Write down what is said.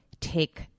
take